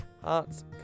heart's